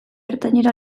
ertainera